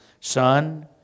Son